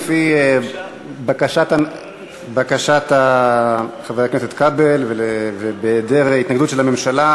לפי בקשת חבר הכנסת כבל ובהיעדר התנגדות של הממשלה,